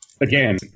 again